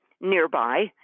nearby